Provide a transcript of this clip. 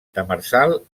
demersal